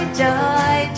joy